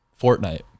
Fortnite